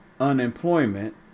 unemployment